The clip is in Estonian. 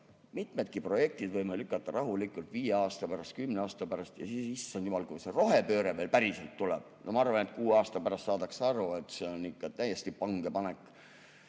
Mitmedki projektid võime lükata rahulikult [edasi, teha neid] viie aasta pärast, kümne aasta pärast. Ja siis, issand jumal, kui see rohepööre veel päriselt tuleb! Ma arvan, et kuue aasta pärast saadakse aru, et see on ikka täiesti pange panek.